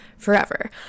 forever